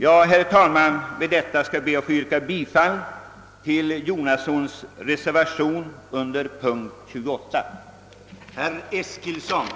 Herr talman! Jag ber att få yrka bifall till reservationen 5.2 c av herr Jonasson vid punkten 28.